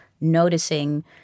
noticing